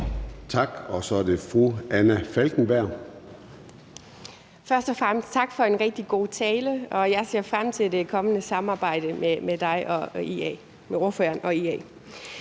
Falkenberg. Kl. 22:16 Anna Falkenberg (SP): Først og fremmest tak for en rigtig god tale. Jeg ser frem til det kommende samarbejde med ordføreren og IA.